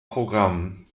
programm